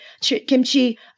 kimchi